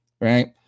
right